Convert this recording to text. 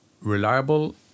reliable